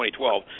2012